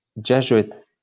Jesuit